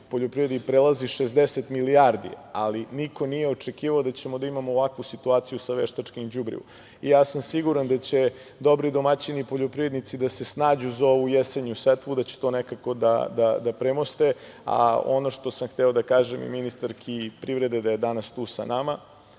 poljoprivredi prelazi 60 milijardi, ali niko nije očekivao da ćemo imati ovakvu situaciju sa veštačkim đubrivom. Ja sam siguran da će dobri domaćini i poljoprivrednici da se snađu za ovu jesenju setvu, da će to nekako da premoste. Ono što sam hteo da kažem ministarki privrede, da je danas tu sa nama,